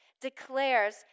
declares